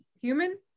human